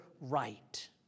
right